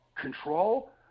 control